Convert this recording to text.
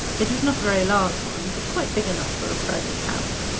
it is not a very large one, but quite big enough for a private house.